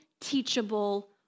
teachable